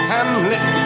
Hamlet